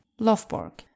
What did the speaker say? lofborg